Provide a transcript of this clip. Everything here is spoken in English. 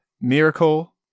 Miracle